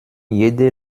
jede